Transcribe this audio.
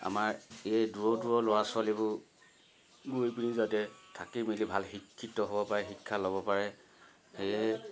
আমাৰ এই দূৰৰ দূৰৰ ল'ৰা ছোৱালীবোৰ গৈ পিনি যাতে থাকি মেলি ভাল শিক্ষিত হ'ব পাৰে শিক্ষা ল'ব পাৰে সেয়ে